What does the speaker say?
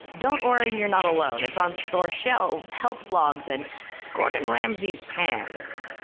don't worry, you're not alone. it's on store shelves, health blogs and gordon ramsey's pans.